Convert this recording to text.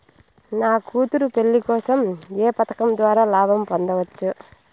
నా కూతురు పెళ్లి కోసం ఏ పథకం ద్వారా లాభం పొందవచ్చు?